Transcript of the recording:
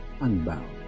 unbound